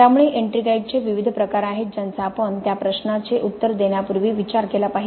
त्यामुळे एट्रिंगाइटचे विविध प्रकार आहेत ज्यांचा आपण त्या प्रश्नाचे उत्तर देण्यापूर्वी विचार केला पाहिजे